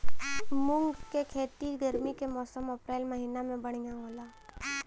मुंग के खेती गर्मी के मौसम अप्रैल महीना में बढ़ियां होला?